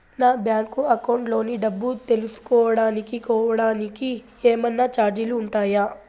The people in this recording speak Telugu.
నా బ్యాంకు అకౌంట్ లోని డబ్బు తెలుసుకోవడానికి కోవడానికి ఏమన్నా చార్జీలు ఉంటాయా?